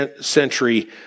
century